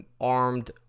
armed